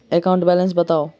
account balance बताउ